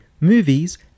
movies